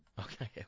Okay